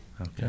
Okay